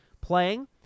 playing